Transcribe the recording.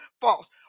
false